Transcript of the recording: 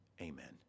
amen